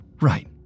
Right